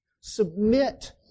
Submit